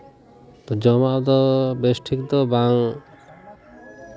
ᱡᱚᱢᱟᱜ ᱫᱚ ᱵᱮᱥ ᱴᱷᱤᱠ ᱫᱚ ᱵᱟᱝ